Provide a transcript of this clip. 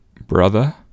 brother